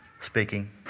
speaking